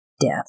Death